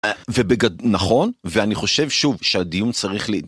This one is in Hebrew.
אה, ובגד... נכון. ואני חושב שוב, שהדיון צריך ל...